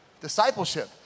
discipleship